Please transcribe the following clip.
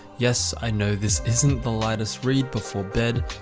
yes, i know this isn't the lightest read before bed,